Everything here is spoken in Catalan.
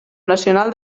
nacional